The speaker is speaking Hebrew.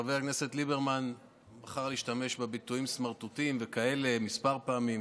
חבר הכנסת ליברמן בחר להשתמש בביטויים "סמרטוטים" וכאלה כמה פעמים.